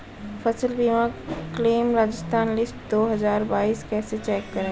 फसल बीमा claim Rajasthan list दो हज़ार बाईस कैसे चेक करें?